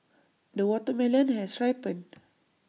the watermelon has ripened